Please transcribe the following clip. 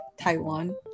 Taiwan